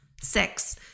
Six